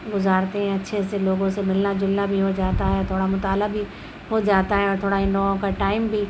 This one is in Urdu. گزارتے ہیں اچّھے سے لوگوں سے ملنا جلنا بھی ہو جاتا ہے تھوڑا مطالعہ بھی ہو جاتا ہے اور تھوڑا ان لوگوں کا ٹائم بھی